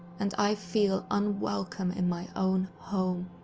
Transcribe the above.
and i feel unwelcome in my own home.